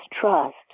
trust